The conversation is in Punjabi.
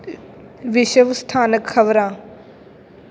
ਵਿਸ਼ਵ ਸਥਾਨਕ ਖ਼ਬਰਾਂ